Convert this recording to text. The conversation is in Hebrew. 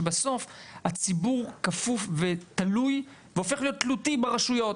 שבסוף הציבור כפוף ותלוי והופך תלותי ברשויות,